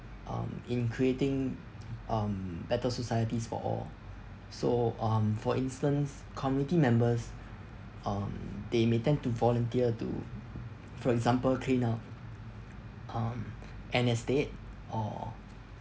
um in creating um better societies for all so um for instance community members um they may tend to volunteer to for example clean up um an estate or